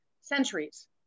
centuries